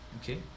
Okay